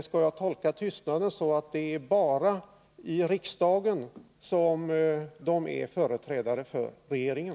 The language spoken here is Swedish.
Skall jag tolka tystnaden så att det är bara i riksdagen som de uttalar sig som företrädare för regeringen?